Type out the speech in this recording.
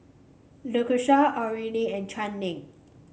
Lakesha Orene and Channing